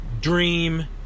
dream